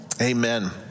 Amen